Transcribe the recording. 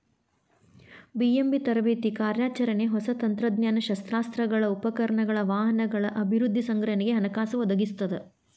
BMB ತರಬೇತಿ ಕಾರ್ಯಾಚರಣೆ ಹೊಸ ತಂತ್ರಜ್ಞಾನ ಶಸ್ತ್ರಾಸ್ತ್ರಗಳ ಉಪಕರಣಗಳ ವಾಹನಗಳ ಅಭಿವೃದ್ಧಿ ಸಂಗ್ರಹಣೆಗೆ ಹಣಕಾಸು ಒದಗಿಸ್ತದ